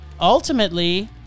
ultimately